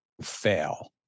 fail